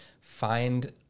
find